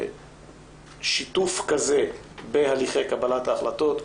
שיתוף כזה בהליכי קבלת ההחלטות,